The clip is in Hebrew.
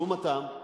לעומתם,